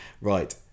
Right